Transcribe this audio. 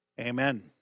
Amen